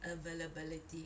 availability